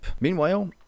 meanwhile